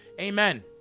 Amen